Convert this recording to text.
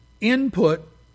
input